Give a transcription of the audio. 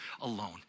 alone